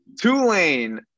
Tulane